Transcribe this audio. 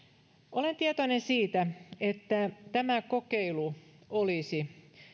olen tietoinen siitä että tämä kokeilu olisi